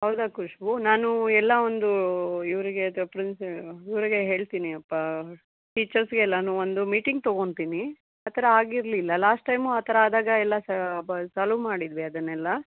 ಹೌದಾ ಖುಷ್ಬು ನಾನು ಎಲ್ಲ ಒಂದು ಇವರಿಗೆ ಅಥವಾ ಪ್ರಿನ್ಸಿ ಇವರಿಗೆ ಹೇಳ್ತೀನಿ ಅಪ್ಪ ಟೀಚರ್ಸ್ಗೆಲ್ಲಾ ಒಂದು ಮೀಟಿಂಗ್ ತೊಗೊತಿನಿ ಆ ಥರ ಆಗಿರಲಿಲ್ಲ ಲಾಸ್ಟ್ ಟೈಮು ಆ ಥರ ಆದಾಗ ಎಲ್ಲ ಸ ಬ ಸಾಲ್ವು ಮಾಡಿದ್ವಿ ಅದನ್ನೆಲ್ಲ